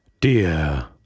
dear